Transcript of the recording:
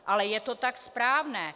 Ale je to tak správné.